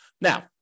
Now